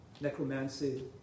necromancy